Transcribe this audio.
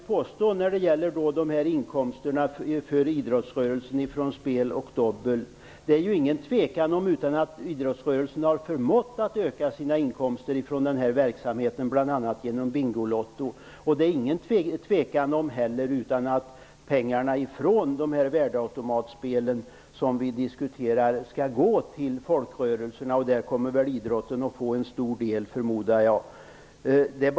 Det råder ju inga tvivel om att idrottsrörelsen har förmått att öka sina inkomster från spel och dobbelverksamheten, bl.a. genom Bingolotto. Det råder inte heller några tvivel om att pengarna från värdeautomatsspelen skall gå till folkrörelserna, och jag förmodar att idrotten kommer att få en stor del av dessa pengar.